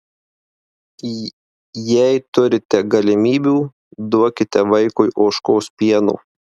jei turite galimybių duokite vaikui ožkos pieno